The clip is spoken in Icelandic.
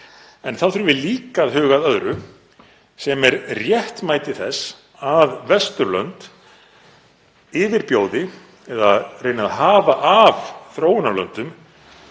En þá þurfum við líka að huga að öðru sem er réttmæti þess að Vesturlönd yfirbjóði eða reyni að hafa af þróunarlöndum